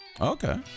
Okay